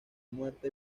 muerte